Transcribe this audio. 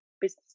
business